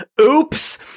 Oops